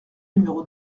numéro